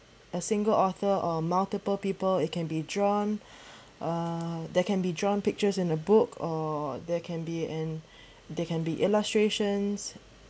a single author or multiple people it can be drawn uh that can be drawn pictures in a book or there can be and there can be illustrations